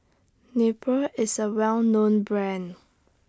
Nepro IS A Well known Brand